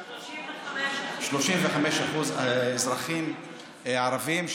35%. 35% אזרחים ערבים,